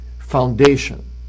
foundation